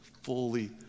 fully